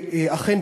ואכן,